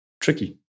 tricky